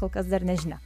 kol kas dar nežinia